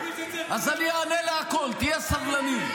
--- אז אני אענה לכול, תהיה סבלני.